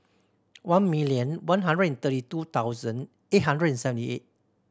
one million one hundred and thirty two thousand eight hundred and seventy eight